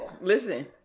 listen